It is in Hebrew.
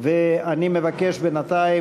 ואני מבקש בינתיים